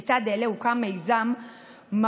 לצד אלה הוקם מיזם מוארד,